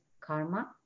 karma